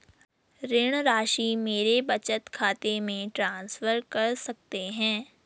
ऋण राशि मेरे बचत खाते में ट्रांसफर कर सकते हैं?